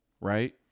right